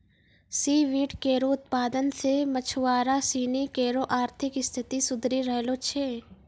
C weed केरो उत्पादन सें मछुआरा सिनी केरो आर्थिक स्थिति सुधरी रहलो छै